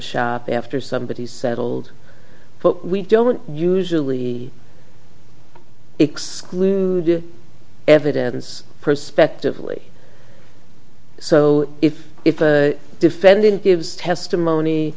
shop after somebody is settled but we don't usually excluded evidence prospectively so if if the defendant gives testimony